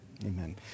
Amen